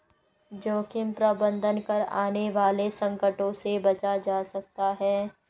जोखिम प्रबंधन कर आने वाले संकटों से बचा जा सकता है